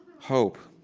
hope